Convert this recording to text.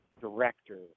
director